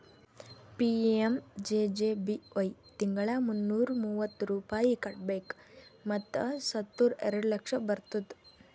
PMJJBY ತಿಂಗಳಾ ಮುನ್ನೂರಾ ಮೂವತ್ತು ರೂಪಾಯಿ ಕಟ್ಬೇಕ್ ಮತ್ ಸತ್ತುರ್ ಎರಡ ಲಕ್ಷ ಬರ್ತುದ್